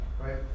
right